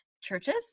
churches